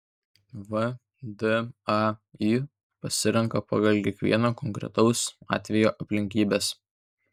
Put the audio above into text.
vdai pasirenka pagal kiekvieno konkretaus atvejo aplinkybes